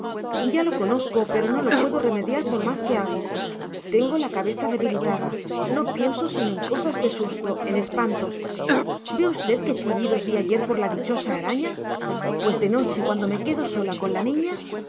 ya lo conozco pero no lo puedo remediar por más que hago tengo la cabeza debilitada no pienso sino en cosas de susto en espantos ve usted qué chillidos di ayer por la dichosa araña pues de noche cuando me quedo sola con la niña